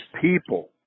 people